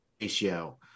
ratio